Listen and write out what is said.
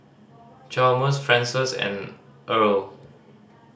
Chalmers Frances and Erle